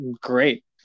great